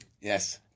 yes